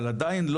אבל עדיין,